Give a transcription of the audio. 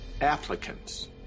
applicants